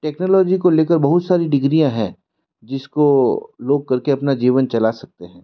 technology को ले कर बहुत सारी डिग्रियाँ हैं जिस को लोग कर के अपना जीवन चला सकते हैं